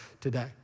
today